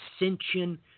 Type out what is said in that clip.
ascension